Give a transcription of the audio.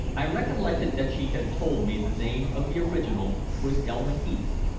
i recollected that she had told me the name of the original was elma heath,